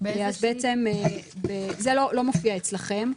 אז בעצם זה לא מופיע אצלכם.